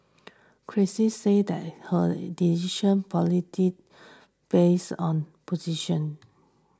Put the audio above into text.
Critics said her decision politics bias on opposition